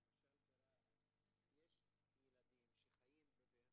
למשל ברהט יש ילדים שחיים בפחון,